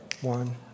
one